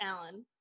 Alan